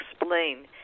explain